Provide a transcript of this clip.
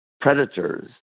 predators